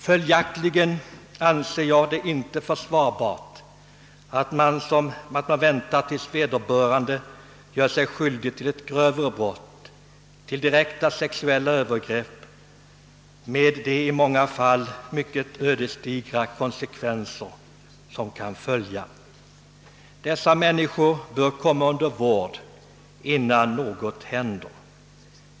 Följaktligen anser jag det inte försvarbart att man väntar tills vederbörande gjort sig skyldig till ett grövre brott, till direkta sexuella övergrepp, med de i många fall mycket ödesdigra konsekvenser som kan följa. Dessa människor bör komma under vård innan något händer.